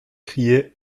criait